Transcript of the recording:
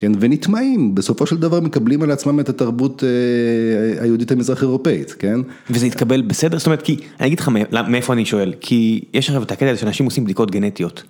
כן, ונטמעים, בסופו של דבר מקבלים על עצמם את התרבות היהודית המזרח-אירופאית, כן? -וזה התקבל בסדר? זאת אומרת, כי אני אגיד לך למה, מאיפה אני שואל, כי יש עכשיו את הקטע שאנשים עושים בדיקות גנטיות.